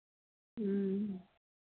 ह्म्म